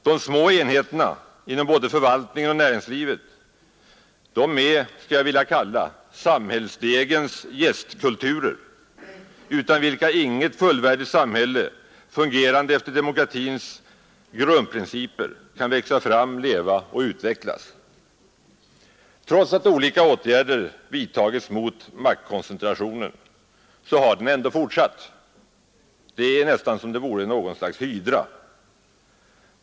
De små enheterna inom både förvaltning och näringsliv skulle jag vilja kalla samhällsdegens jästkulturer, utan vilka inget fullvärdigt samhälle fungerande efter demokratins grundprinciper kan växa fram, leva och utvecklas. Trots att olika åtgärder vidtagits mot maktkoncentrationen har den ändå fortsatt. Det är nästan som om den vore något slags hydra.